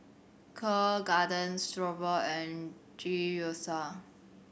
Kheer Garden and Gyoza